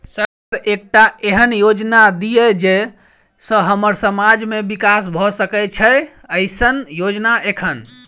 Sir एकटा एहन योजना दिय जै सऽ हम्मर समाज मे विकास भऽ सकै छैय एईसन योजना एखन?